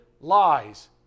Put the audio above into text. lies